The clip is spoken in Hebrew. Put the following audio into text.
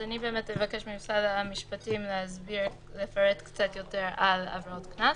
אני אבקש ממשרד המשפטים לפרט קצת יותר על עבירות הקנס.